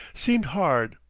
seemed hard,